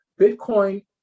Bitcoin